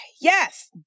yes